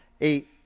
Eight